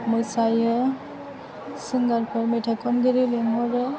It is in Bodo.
मोसायो सिंगारफोर मेथाइ खनगिरि लिंहरो